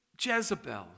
Jezebel